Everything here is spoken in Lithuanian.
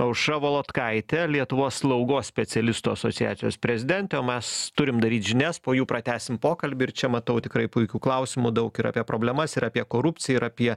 aušra volodkaitė lietuvos slaugos specialistų asociacijos prezidentė o mes turim daryt žinias po jų pratęsim pokalbį ir čia matau tikrai puikių klausimų daug ir apie problemas ir apie korupciją ir apie